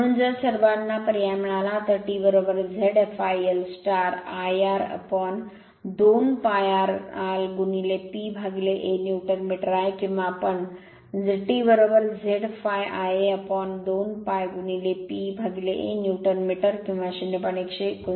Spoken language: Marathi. म्हणून जर सर्वांना पर्याय मिळाला तर T Z∅L I r upon 2 π rl P A newton metre आहे किंवा आम्ही T Z∅ Ia upon 2 π P A newton metre किंवा 0